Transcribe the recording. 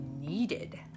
needed